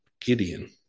Gideon